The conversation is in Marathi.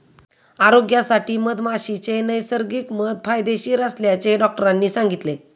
आरोग्यासाठी मधमाशीचे नैसर्गिक मध फायदेशीर असल्याचे डॉक्टरांनी सांगितले